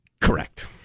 Correct